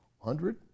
hundred